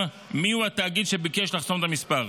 זה אותה רמה.